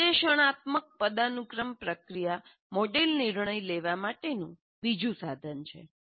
વિશ્લેષણાત્મક પદાનુક્રમ પ્રક્રિયા મોડેલ નિર્ણય લેવા માટેનું બીજું સાધન છે